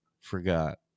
forgot